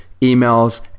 emails